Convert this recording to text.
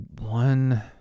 one